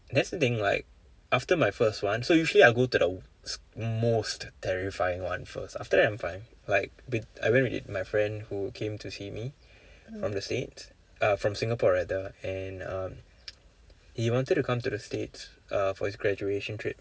that's the thing like after my first one so usually I go to the most terrifying one first after that I'm fine like wit~ I went with my friend who came to see me from the states ah from Singapore rather and um he wanted to come to the states uh for his graduation trip